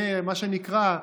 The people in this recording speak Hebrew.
זה מה שנקרא,